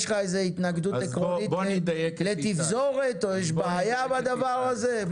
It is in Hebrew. יש לך התנגדות עקרונית לתפזורת או יש בעיה בדבר הזה?